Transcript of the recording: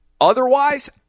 Otherwise